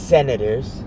Senators